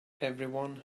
everyone